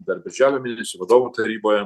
dar birželio mėnesį vadovų taryboje